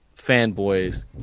fanboys